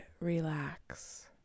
relax